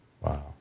Wow